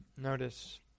Notice